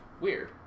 Weird